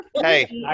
hey